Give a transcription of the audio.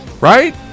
right